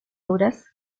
obras